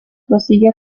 prosigue